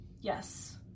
Yes